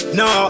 no